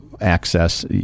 access